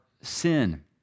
sin